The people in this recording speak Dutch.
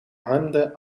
hemden